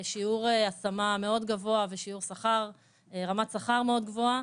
שיעור השמה מאוד גבוה ורמת שכר מאוד גבוהה.